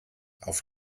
auf